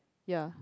ya